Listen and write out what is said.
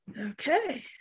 Okay